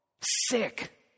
Sick